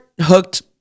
hooked